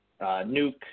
Nuke